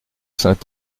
saint